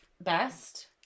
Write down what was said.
Best